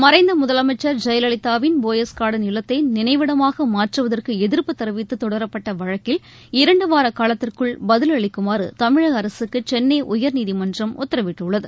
மறைந்த முதலமைச்ச் ஜெயலலிதாவின் போயஸ் கார்டன் இல்லத்தை நினைவிடமாக மாற்றுவதற்கு எதிஃப்பு தெரிவித்து தொடரப்பட்ட வழக்கில் இரண்டு வாரகாலத்திற்குள் பதிலளிக்குமாறு தமிழக அரசுக்கு சென்னை உயர்நீதிமன்றம் உத்தரவிட்டுள்ளது